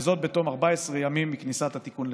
וזאת בתום 14 ימים מכניסת התיקון לתוקף.